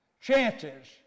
chances